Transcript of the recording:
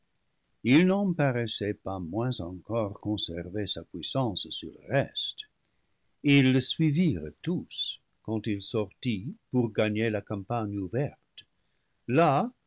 il n'en paraissait pas moins encore conserver sa puissance sur le reste ils le suivirent tous quand il sortit pour gagner la campagne ouverte là